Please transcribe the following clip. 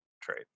trade